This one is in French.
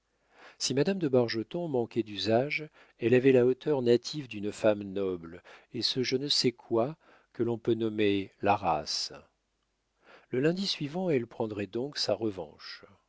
si madame de bargeton manquait d'usage elle avait la hauteur native d'une femme noble et ce je ne sais quoi que l'on peut nommer la race le lundi suivant elle prendrait donc sa revanche